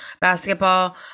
basketball